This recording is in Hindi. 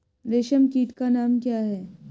रेशम कीट का नाम क्या है?